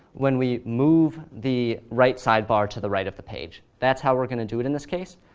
when we move the right sidebar to the right of the page. that's how we're going to do it in this case.